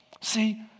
See